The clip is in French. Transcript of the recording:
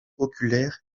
oculaire